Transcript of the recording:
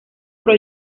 pro